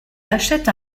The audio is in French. achète